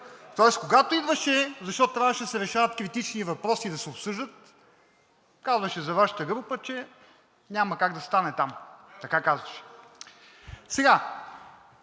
Тоест когато идваше, защото трябваше да се решават критични въпроси и да се обсъждат, казваше за Вашата група, че няма как да стане там. Така казваше! По